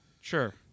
Sure